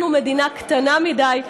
אנחנו מדינה קטנה מדי.